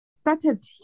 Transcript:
started